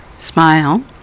smile